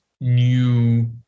new